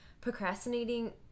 procrastinating